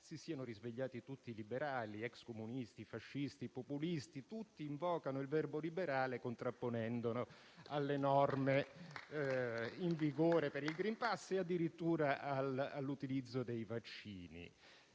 si siano risvegliati tutti liberali: ex comunisti, fascisti, populisti, tutti invocano il verbo liberale, contrapponendolo alle norme in vigore per il *green pass* e, addirittura, all'utilizzo dei vaccini.